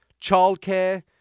childcare